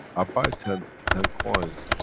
i buy ten, ten coins,